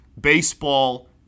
Baseball